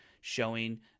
showing